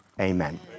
Amen